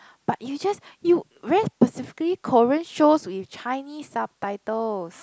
but you just you very specifically Korean shows with Chinese subtitles